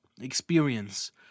experience